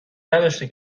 نداشته